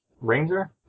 Ranger